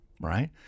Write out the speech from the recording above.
right